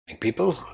People